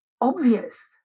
obvious